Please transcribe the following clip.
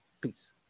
Peace